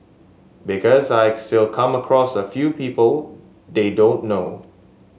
because I still come across a few people they don't know